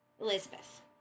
Elizabeth